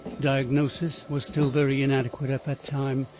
diagnosis was still very inadequate at that time.